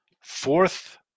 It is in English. Fourth